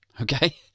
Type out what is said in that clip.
okay